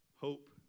hope